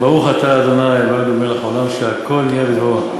ברוך אתה ה' אלוהינו מלך העולם שהכול נהיה בדברו.